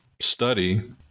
study